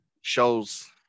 shows